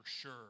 sure